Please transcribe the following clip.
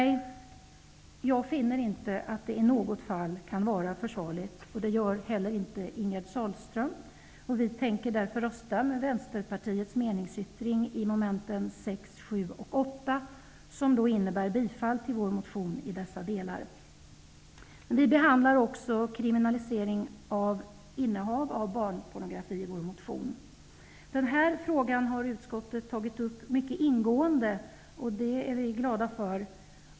Jag finner inte att det i något fall kan vara försvarligt, och det gör inte heller Ingegerd Sahlström. Vi tänker därför rösta med Det innebär bifall till vår motion i dessa delar. Vi behandlar också kriminalisering av innehav av barnpornografi i vår motion. Den här frågan har utskottet tagit upp mycket ingående. Det är vi glada för.